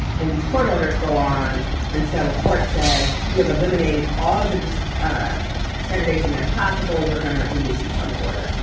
and these court orders go on until a court says you have eliminated all of the ah segregation that's possible, we're going to release you from the order.